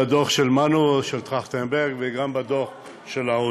בדוח של מנו טרכטנברג וגם בדוח העוני.